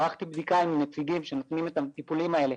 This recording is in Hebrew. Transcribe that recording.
ערכתי בדיקה עם נציגים שנותנים את הטיפולים האלה.